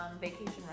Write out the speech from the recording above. vacation